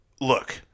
look